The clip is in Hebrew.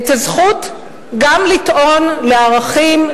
את הזכות גם לטעון לערכים,